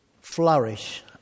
flourish